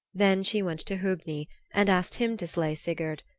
then she went to hogni and asked him to slay sigurd,